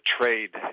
trade